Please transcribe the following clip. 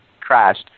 crashed